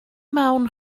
mewn